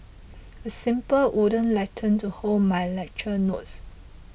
a simple wooden lectern to hold my lecture notes